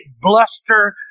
bluster